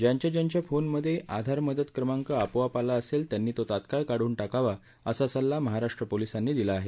ज्यांच्या ज्यांच्या फोनमध्य आधार मदत क्रमांक आपोआप आला असर्व त्यांनी तो तत्काळ काढून टाकावा असा सल्ला महाराष्ट्र पोलीसांनी दिला आह